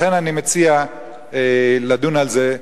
לכן אני מציע לדון על זה,